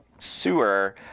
sewer